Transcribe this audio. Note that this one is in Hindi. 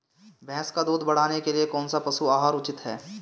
भैंस का दूध बढ़ाने के लिए कौनसा पशु आहार उचित है?